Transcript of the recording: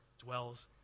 dwells